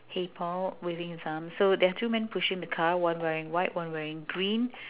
hey Paul waving his arms so there are two man pushing the car one wearing white one wearing green